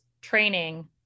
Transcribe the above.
training